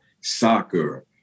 soccer